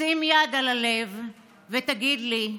שים יד על הלב / ותגיד לי,